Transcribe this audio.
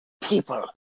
people